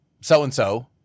so-and-so